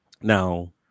Now